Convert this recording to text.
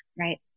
Right